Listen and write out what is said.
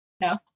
No